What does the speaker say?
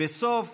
בסוף